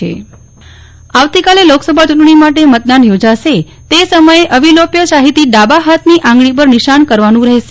નેહ્લ ઠક્કર આવતીકાલે લોકસભા ચુંટણી માટે મતદાન યોજાશે તે સમયે અવિલોપ્ય શાહી થી ડાબા હાથની આંગળી પર નિશાન કરવાનું રહેશે